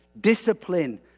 discipline